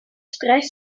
streich